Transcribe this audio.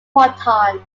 proton